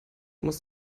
muss